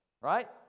right